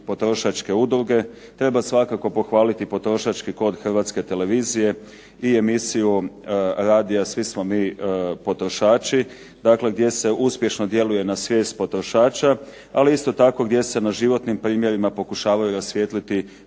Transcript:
potrošačke udruge. Treba svakako pohvaliti "Potrošački kod" Hrvatske televizije i emisiju radija "Svi smo mi potrošači" gdje se uspješno djeluje na svijest potrošača, ali isto tako gdje se na životnim primjerima pokušavaju rasvijetliti